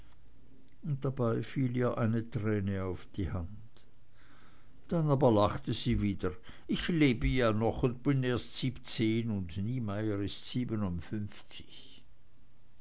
und dabei fiel eine träne auf ihre hand dann aber lachte sie wieder ich lebe ja noch und bin erst siebzehn und niemeyer ist siebenundfünfzig